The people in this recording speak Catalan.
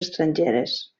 estrangeres